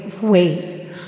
wait